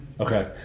Okay